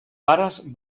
pares